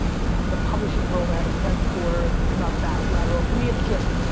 the publishing world, i had a sense for it, it's not that lateral. to me, it's just.